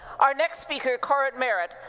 our next speaker, cora marrett,